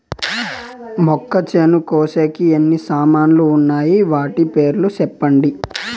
మొక్కచేను కోసేకి ఎన్ని సామాన్లు వున్నాయి? వాటి పేర్లు సెప్పండి?